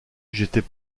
j’étais